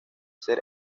ser